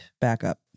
backup